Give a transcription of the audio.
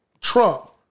trump